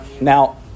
Now